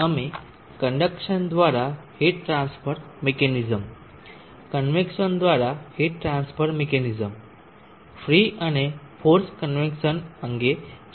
અમે કન્ડકસન દ્વારા heat transfer mechanism convection દ્વારા હીટ ટ્રાન્સફર મિકેનિઝમ ફ્રી અને ફોર્સ્ડ કન્વેક્સન અંગે ચર્ચા કરી હતી